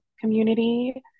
community